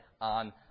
on